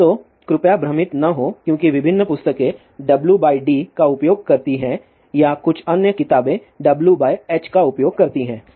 तो कृपया भ्रमित न हों क्योंकि विभिन्न पुस्तकें W बाय d का उपयोग करती हैं या कुछ अन्य किताबें W बाय h का उपयोग करती हैं